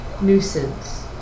...nuisance